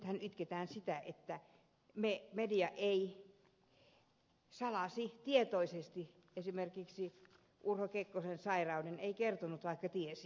nythän itketään sitä että media salasi tietoisesti esimerkiksi urho kekkosen sairauden ei kertonut vaikka tiesi